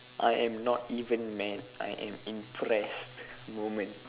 I am not even mad I am impressed moment